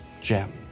gem